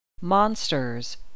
Monsters